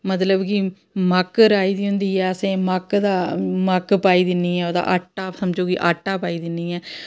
मतलब कि मक्क राई दी होंदी ऐ असें मक्क दा मक्क पाई दिन्नी आं ओह्दा आटा समझो कि आटा पाई दिन्नी ऐं